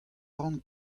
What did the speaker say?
ran